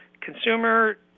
consumer